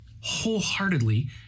wholeheartedly